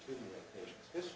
to this